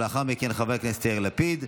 ולאחר מכן חבר הכנסת יאיר לפיד.